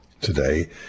today